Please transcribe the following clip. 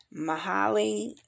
Mahali